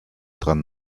dran